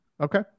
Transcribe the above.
Okay